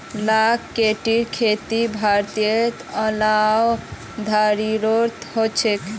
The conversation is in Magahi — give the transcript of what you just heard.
लाख कीटेर खेती भारतेर अलावा थाईलैंडतो ह छेक